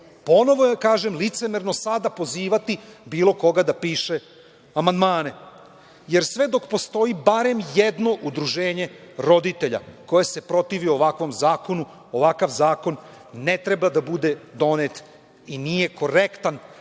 Ponovo je, kažem, licemerno sada pozivati bilo koga da piše amandmane, jer sve dok postoji barem jedno udruženje roditelja koje se protivi ovakvom zakonu, ovakav zakon ne treba da bude donet i nije korektan